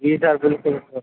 जी sir बिल्कुल sir